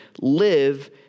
Live